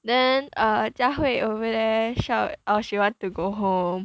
then err Jia Hui over there shout oh she want to go home